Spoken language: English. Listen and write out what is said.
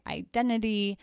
identity